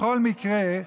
בכל מקרה,